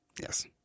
Yes